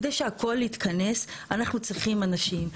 כדי שהכל יתכנס, אנחנו צריכים אנשים.